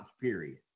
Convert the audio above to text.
period